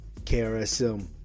KRSM